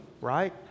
right